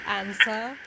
answer